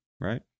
right